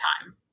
time